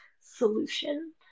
solution